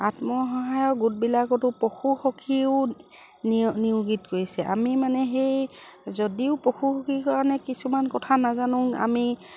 আত্মসহায়ক গোটবিলাকতো পশুসখীও নি নিয়োজিত কৰিছে আমি মানে সেই যদিও পশুসখীৰ কাৰণে কিছুমান কথা নাজানো আমি